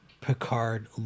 Picard